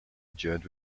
adjourned